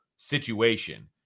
situation